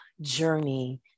journey